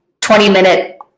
20-minute